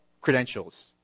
credentials